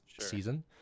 season